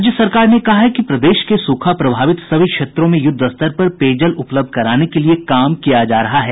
राज्य सरकार ने कहा है कि प्रदेश के सूखा प्रभावित सभी क्षेत्रों में यूद्धस्तर पर पेयजल उपलब्ध कराने के लिए काम किया जा रहा है